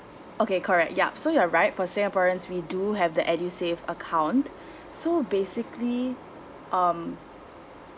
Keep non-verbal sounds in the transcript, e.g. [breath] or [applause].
okay correct yup so you're right for singaporeans we do have the edusave account [breath] so basically um